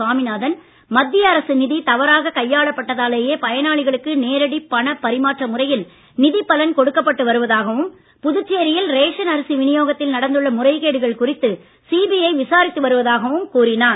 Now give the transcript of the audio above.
சாமிநாதன் மத்திய அரசு நிதி தவறாக கையாளப் பட்டதாலேயே பயனாளிகளுக்கு நேரடிப் பண பறிமாற்ற முறையில் நிதிப் பலன் கொடுக்கப்பட்டு வருவதாகவும் புதுச்சேரியில் ரேஷன் அரசி வினியோகத்தில் நடந்துள்ள முறைகேடுகள் குறித்து சிபிஐ விசாரித்து வருவதாகவும் கூறினார்